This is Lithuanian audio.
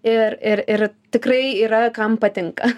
ir ir ir tikrai yra kam patinka